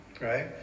right